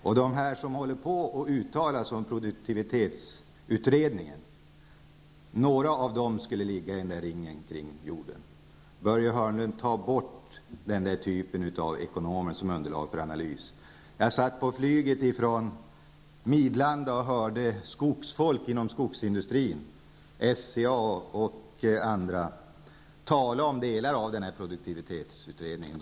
Några av dem som håller på och uttalar sig om produktivitetsutredningen skulle ligga i den ringen runt jorden. Börje Hörnlund, ta bort den typen av ekonomer som underlag för analyser! Jag satt på flyget från Midlanda och hörde anställda inom skogsindustrin, SCA bl.a., tala om delar av produktivitetsutredningen.